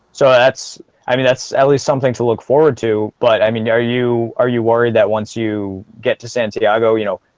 so that's i mean that's at least something to look forward to but i mean are you are you worried that once you get to santiago. you know?